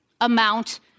amount